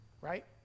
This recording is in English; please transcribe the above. right